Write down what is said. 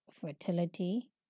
fertility